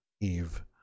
Eve